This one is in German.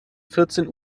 vierzehn